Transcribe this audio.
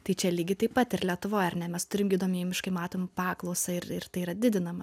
tai čia lygiai taip pat ir lietuvoj ar ne mes turim gydomieji miškai matom paklausą ir ir tai yra didinama